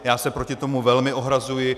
Já se proti tomu velmi ohrazuji.